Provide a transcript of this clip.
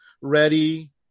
ready